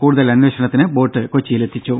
കൂടുതൽ അന്വേഷണത്തിന് ബോട്ട് കൊച്ചിയിൽ എത്തിച്ചു